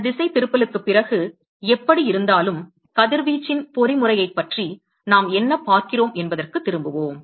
இந்த திசைதிருப்பலுக்குப் பிறகு எப்படியிருந்தாலும் கதிர்வீச்சின் பொறிமுறையைப் பற்றி நாம் என்ன பார்க்கிறோம் என்பதற்குத் திரும்புவோம்